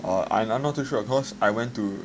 and I'm not too sure cause I went to